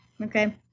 okay